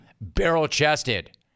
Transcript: barrel-chested